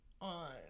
on